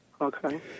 Okay